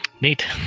Neat